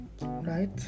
Right